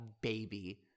baby